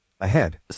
Ahead